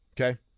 Okay